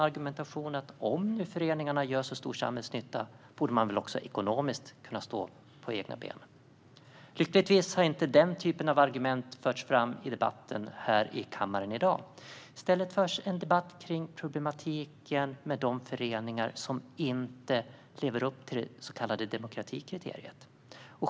Argumentationen gick ut på att om föreningarna nu gör så stor samhällsnytta borde de väl ekonomiskt kunna stå på egna ben. Lyckligtvis har inte sådana argument förts fram i dagens debatt i kammaren. I stället förs en debatt om problematiken med de föreningar som inte lever upp till det så kallade demokratikriteriet.